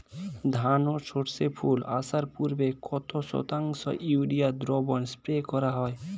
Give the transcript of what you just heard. ধান ও সর্ষে ফুল আসার পূর্বে কত শতাংশ ইউরিয়া দ্রবণ স্প্রে করা হয়?